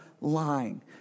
lying